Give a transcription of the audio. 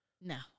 No